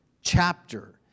chapter